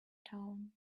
town